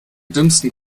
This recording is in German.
dümmsten